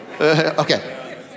Okay